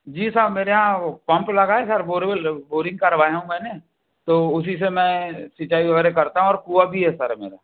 जी साब मेरे यहाँ पम्प लगा है सर बोरवेल बोरिंग करवाया हूँ मैंने तो उसी से मैं सिंचाई वगैरह करता हूँ और कुआ भी है सर मेरा